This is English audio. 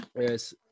yes